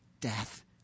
death